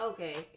Okay